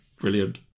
Brilliant